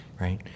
right